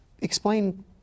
explain